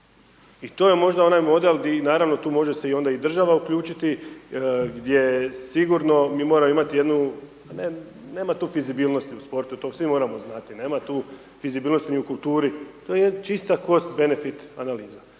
I to je možda onaj model di naravno tu može se onda i država uključiti, gdje sigurno mi moramo imati jednu, nema tu fizibilnosti u sportu, to svi moramo znati, nema tu fizibilnosti ni u kulturi, to je čista cost benefit analiza.